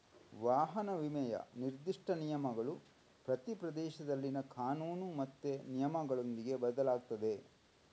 ವಾಹನ ವಿಮೆಯ ನಿರ್ದಿಷ್ಟ ನಿಯಮಗಳು ಪ್ರತಿ ಪ್ರದೇಶದಲ್ಲಿನ ಕಾನೂನು ಮತ್ತೆ ನಿಯಮಗಳೊಂದಿಗೆ ಬದಲಾಗ್ತದೆ